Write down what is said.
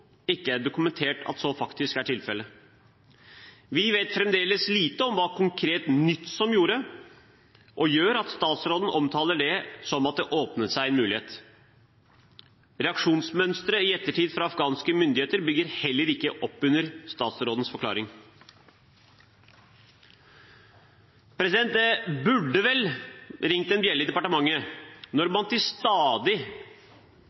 ikke er dokumentert at faktisk er tilfellet. Vi vet fremdeles lite om hva konkret nytt som gjorde, og gjør, at statsråden omtaler det som at det åpnet seg en mulighet. Reaksjonsmønstret i ettertid fra afghanske myndigheter bygger heller ikke opp under statsrådens forklaring. Det burde vel ringt en bjelle i departementet når man til